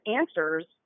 answers